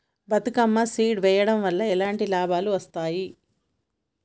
Bathukamma seed వెయ్యడం వల్ల ఎలాంటి లాభాలు వస్తాయి?